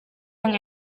yang